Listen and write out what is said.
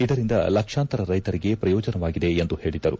ಇದರಿಂದ ಲಕ್ಷಾಂತರ ರೈತರಿಗೆ ಪ್ರಯೋಜನವಾಗಿದೆ ಎಂದು ಅವರು ಹೇಳಿದರು